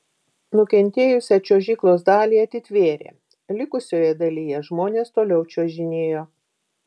nukentėjusią čiuožyklos dalį atitvėrė likusioje dalyje žmonės toliau čiuožinėjo